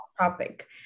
topic